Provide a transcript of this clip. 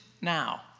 now